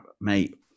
mate